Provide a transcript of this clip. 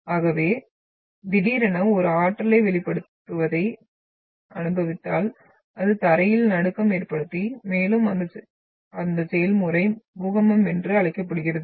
ஆகவே திடீரென ஒரு ஆற்றலை வெளியிடுவதை அனுபவித்தால் அது தரையில் நடுக்கம் ஏற்படுத்தி மேலும் அந்த செயல்முறை பூகம்பம் என்று அழைக்கப்படுகிறது